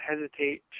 hesitate